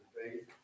faith